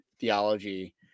theology